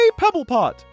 Pebblepot